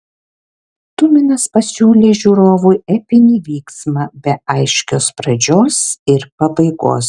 tuminas pasiūlė žiūrovui epinį vyksmą be aiškios pradžios ir pabaigos